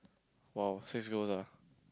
!wow! six girls ah